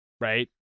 right